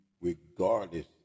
regardless